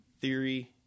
theory